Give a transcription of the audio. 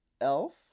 Elf